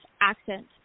accent